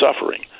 suffering